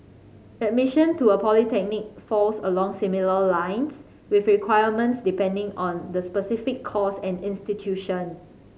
admission to a polytechnic falls along similar lines with requirements depending on the specific course and institution